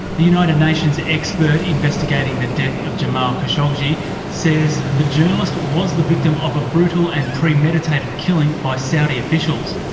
the united nations expert investigating the death of jamal khashoggi say the journalist was the victim of a brutal and premeditated killing by saudi officials.